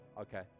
okay